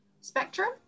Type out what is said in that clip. spectrum